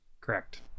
correct